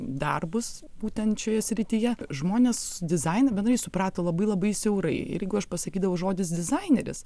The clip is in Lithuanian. darbus būtent šioje srityje žmonės dizainą bendrai suprato labai labai siaurai ir jeigu aš pasakydavau žodis dizaineris